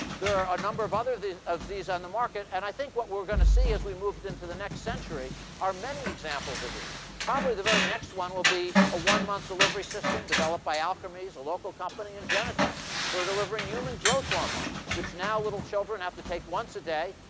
there are a number of other of these on the market. and i think what we're going to see as we move into the next century are many examples of these. probably, the very next one will be a one month delivery system developed by alchemy it's a local company and genentech for delivering human growth hormone, which now little children have to take once a day.